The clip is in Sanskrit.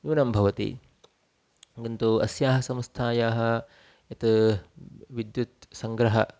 न्यूनं भवति किन्तु अस्याः संस्थायाः यत् विद्युत्सङ्ग्रहः